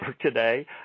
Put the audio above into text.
today